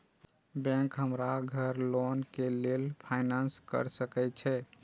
Bank हमरा घर loan के लेल फाईनांस कर सके छे?